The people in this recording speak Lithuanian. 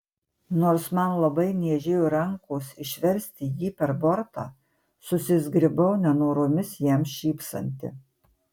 nors man labai niežėjo rankos išversti jį per bortą susizgribau nenoromis jam šypsanti